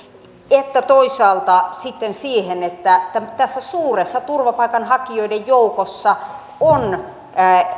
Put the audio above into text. että toisaalta siihen että tässä suuressa turvapaikanhakijoiden joukossa on